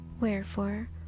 Wherefore